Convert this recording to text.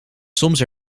soms